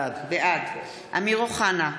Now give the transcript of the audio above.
בעד אמיר אוחנה,